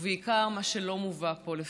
ובעיקר מה שלא מובא פה לפנינו.